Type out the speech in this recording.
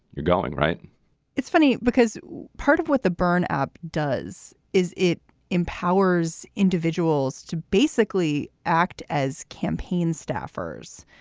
you're going. right it's funny because part of what the burn app does is it empowers individuals to basically act as campaign staffers.